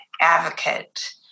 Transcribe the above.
advocate